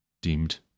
deemed